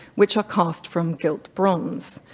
which are cast from gilt bronze.